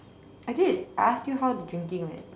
I did I asked you how the drinking went